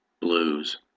blues